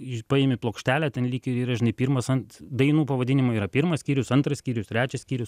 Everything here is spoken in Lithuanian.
paimi plokštelę ten lyg ir yra žinai pirmas ant dainų pavadinimai yra pirmas skyrius antras skyrius trečias skyrius